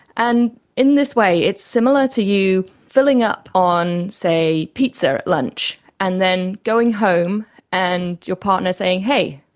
and in this way it's similar to you filling up on, say, pizza at lunch and then going home and your partner saying, hey,